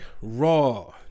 Raw